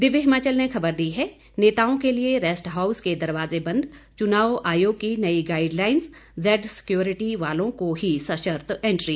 दिव्य हिमाचल ने खबर दी है नेताओं के लिए रेस्ट हाउस के दरवाजे बंद चुनाव आयोग की नई गाइडलाइंस जेड सिक्योरिटी वालों को ही सशर्त एंट्री